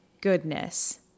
goodness